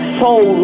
soul